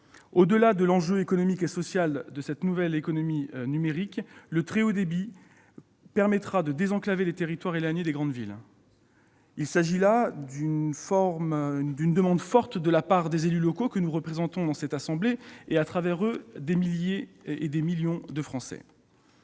Au-delà de l'enjeu économique et social de cette nouvelle économie numérique, le très haut débit permettra de désenclaver les territoires éloignés des grandes villes. Il s'agit là d'une demande forte de la part des élus locaux, que nous représentons dans cette assemblée et, à travers eux, de millions de Français.